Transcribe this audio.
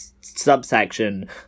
subsection